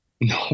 No